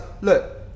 look